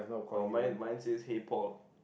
oh mine mine says hey Paul